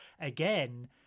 again